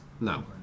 No